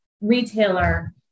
retailer